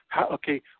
Okay